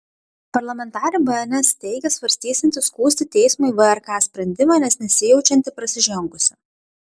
parlamentarė bns teigė svarstysianti skųsti teismui vrk sprendimą nes nesijaučianti prasižengusi